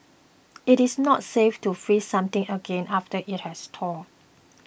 it is not safe to freeze something again after it has thawed